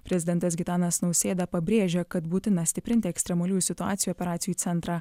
prezidentas gitanas nausėda pabrėžė kad būtina stiprinti ekstremaliųjų situacijų operacijų centrą